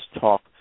talk